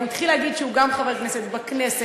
והוא התחיל להגיד שהוא גם חבר כנסת בכנסת,